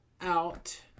out